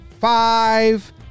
five